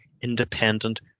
independent